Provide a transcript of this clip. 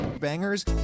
Bangers